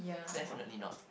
definitely not